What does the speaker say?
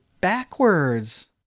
backwards